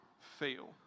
feel